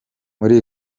muri